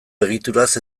egituraz